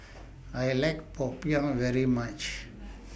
I like Popiah very much